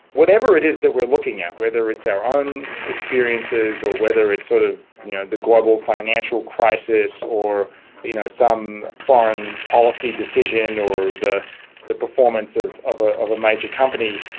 whatever it is that we are looking at, whether it's our own experiences or whether it's sort of you know the global financial crisis or you know some foreign policy decision or the the performance of of ah a major company,